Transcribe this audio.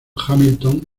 hamilton